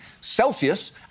Celsius